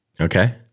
Okay